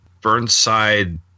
Burnside